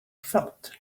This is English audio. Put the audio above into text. felt